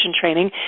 training